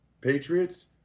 Patriots